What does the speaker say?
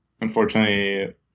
unfortunately